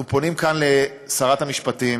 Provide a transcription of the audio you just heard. אנחנו פונים כאן לשרת המשפטים